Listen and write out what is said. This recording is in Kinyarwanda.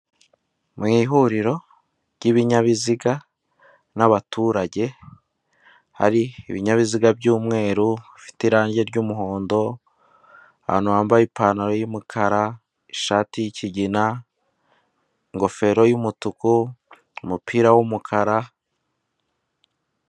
Mu ihuriro ry'binyabiziga n'abaturage, hari ibinyabiziga by'umweru, bifite irangi ry'umuhondo, abantu bambaye ipantaro y'umukara, ishati y'ikigina, ingofero y'umutuku, umupira w'umukara.